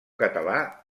català